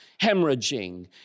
hemorrhaging